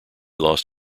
lost